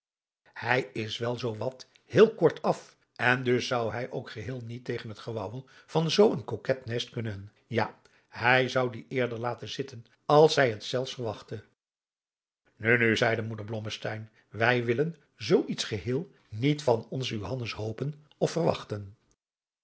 hij is wel zoo wat heel kort af en dus zou hij ook geheel niet tegen het gewawel van zoo een koket nest kunnen ja hij zou die eerder laten zitten als zij het zelfs verwachtte nu nu zeide moeder blommesteyn wij willen zoo iets geheel adriaan loosjes pzn het leven van johannes wouter blommesteyn niet van onzen johannes hopen of verwachten